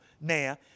now